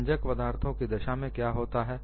भंजक पदार्थों की दशा में क्या होता है